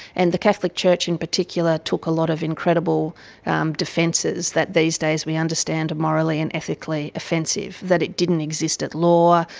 and the catholic church in particular took a lot of incredible defences that these days we understand are morally and ethically offensive that it didn't exist at law,